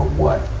what,